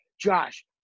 Josh